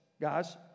guys